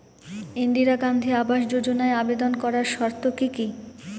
ইন্দিরা গান্ধী আবাস যোজনায় আবেদন করার শর্ত কি কি?